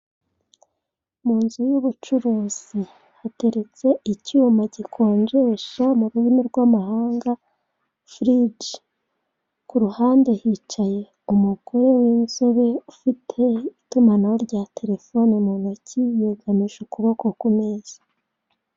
Mu nzu y'ubucuruzi hateretse icyuma gikonjesha mu rurimi rw'amahanga furiji ku ruhande hicaye umugore w'inzobe ufite itumanaho rya telefone mu ntoki yegamije ukuboko ku meza.